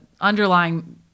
underlying